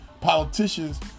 Politicians